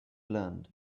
learned